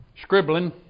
scribbling